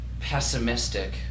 pessimistic